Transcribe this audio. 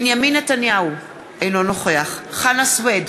בנימין נתניהו, אינו נוכח חנא סוייד,